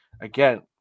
again